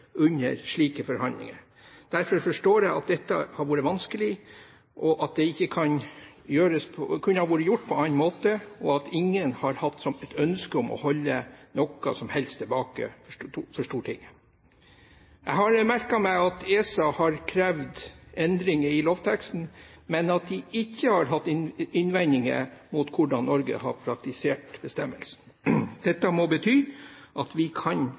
under slike forhandlinger. Derfor forstår jeg at dette har vært vanskelig, at det ikke kunne ha vært gjort på noen annen måte, og at ingen har hatt noe ønske om å holde noe som helst tilbake for Stortinget. Jeg har merket meg at ESA har krevd endringer i lovteksten, men at de ikke har hatt innvendinger mot hvordan Norge har praktisert bestemmelsen. Dette må bety at vi kan